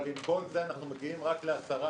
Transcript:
אבל עם כל זה אנחנו מגיעים רק ל-10%.